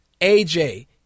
AJ